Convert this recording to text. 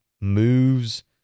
moves